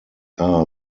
are